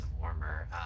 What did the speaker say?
warmer